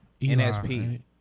NSP